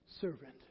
servant